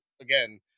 again